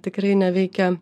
tikrai neveikia